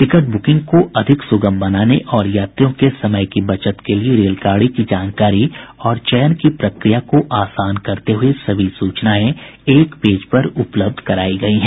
ticket booking के अधिक सुगम बनाने और यात्रियों के समय की बचत के लिए रेलगाड़ी की जानकारी और चयन की प्रक्रिया को आसान करते हुए सभी सूचनाएँ एक पेज पर उपलब्ध करायी गई हैं